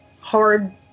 hard